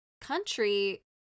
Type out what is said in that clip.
country